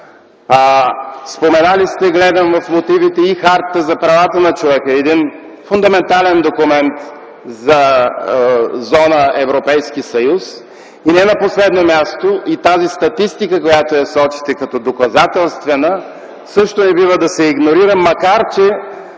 Споменали сте, гледам в мотивите, и Хартата за правата на човека – един фундаментален документ за зона Европейски съюз. И не на последно място, и тази статистика, която сочите като доказателствена, също не бива да се игнорира, макар че